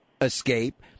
escape